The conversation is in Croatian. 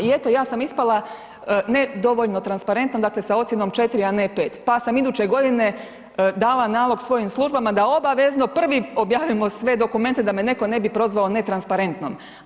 I eto, ja sam ispala ne dovoljno transparentna, dakle sa ocjenom 4, a ne 5, pa sam iduće godine dala nalog svojim službama da obavezno prvi objavimo sve dokumente da me neko ne bi prozvao netransparentnom.